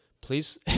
please